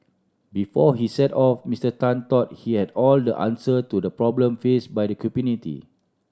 before he set off Mister Tan thought he had all the answer to the problem faced by the community